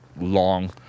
long